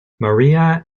maria